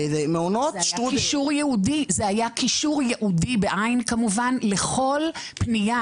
מעונות@ --- זה היה קישור ייעודי לכל פנייה.